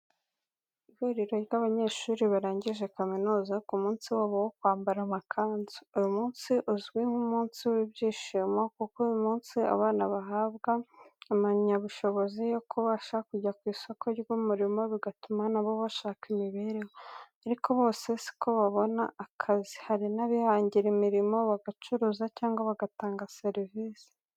Ihuriro ry'abanyeshuri barangije kaminuza k'umunsi wabo wo kwambara amakanzu, uyu munsi uzwi nka umunsi wibyishimo kuko uyu munsi abana bahabwa impamyabushobozi yo kubasha kujya kw'isoko ry'umurimo bigatuma nabo bashaka imibereho ariko bose siko babona akazi, hari nabihangira umurimo, bagacuruza cyangwa bagatanga serivisi.